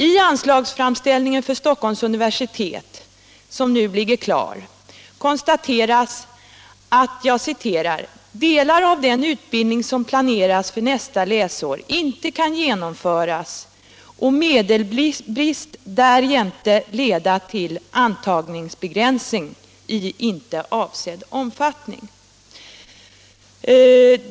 I anslagsframställningen för Stockholms universitet, som ligger färdig, konstateras att ”delar av den utbildning som planeras för nästa läsår inte kan genomföras och att medelsbrist därjämte leder till antagningsbegränsning i inte avsedd omfattning”.